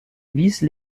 vice